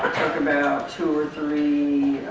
took about two or three